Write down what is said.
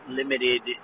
limited